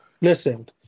Listen